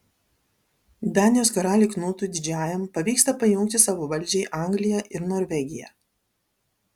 danijos karaliui knutui didžiajam pavyksta pajungti savo valdžiai angliją ir norvegiją